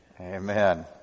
amen